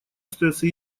остается